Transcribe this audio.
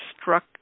struck